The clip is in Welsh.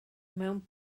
mewn